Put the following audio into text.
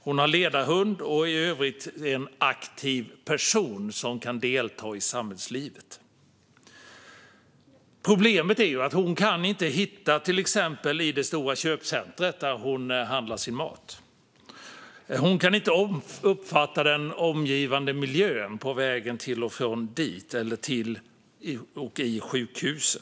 Hon har ledarhund och är i övrigt en aktiv person som kan delta i samhällslivet. Problemet är att hon inte kan hitta i till exempel det stora köpcentrum där hon handlar sin mat. Hon kan inte uppfatta den omgivande miljön på vägen dit eller på sjukhuset.